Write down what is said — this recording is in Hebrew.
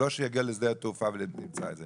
לא שיגיע לשדה התעופה וימצא את זה.